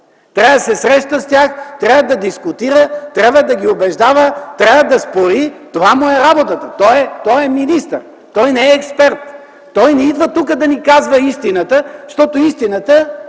трябва да се среща с тях, трябва да дискутира, трябва да ги убеждава, трябва да спори, това му е работата. Той е министър! Той не е експерт! Той не идва тук да ни казва истината, защото истината